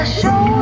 show